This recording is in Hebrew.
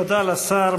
תודה לשר.